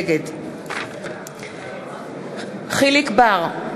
נגד יחיאל חיליק בר,